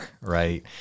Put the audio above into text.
right